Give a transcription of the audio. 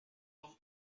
homme